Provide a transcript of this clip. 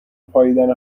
پائیدن